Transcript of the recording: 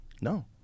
No